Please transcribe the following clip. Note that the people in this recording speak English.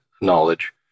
knowledge